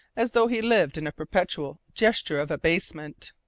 as though he lived in a perpetual gesture of abasement.